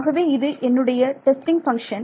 ஆகவே இது என்னுடைய டெஸ்டிங் பங்க்ஷன்